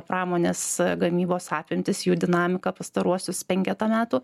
pramonės gamybos apimtis jų dinamiką pastaruosius penketą metų